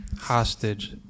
Hostage